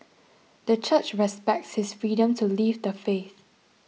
the Church respects his freedom to leave the faith